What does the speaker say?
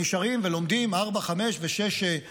הם נשארים ולומדים ארבע, חמש ושש שנים,